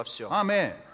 Amen